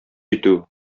итү